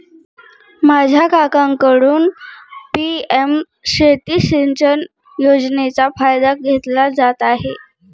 माझा काकांकडून पी.एम शेती सिंचन योजनेचा फायदा घेतला जात आहे